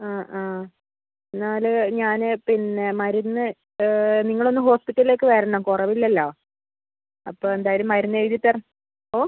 ആ ആ എന്നാൽ ഞാൻ പിന്നെ മരുന്ന് നിങ്ങൾ ഒന്ന് ഹോസ്പിറ്റലിലേക്ക് വരണം കുറവില്ലല്ലോ അപ്പം എന്തായാലും മരുന്ന് എഴുതിത്തരാം ഓ